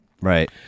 right